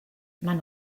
maen